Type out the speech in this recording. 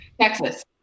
Texas